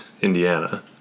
Indiana